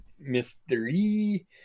Mystery